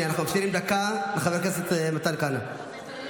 אנחנו מאפשרים דקה לחבר הכנסת מתן כהנא.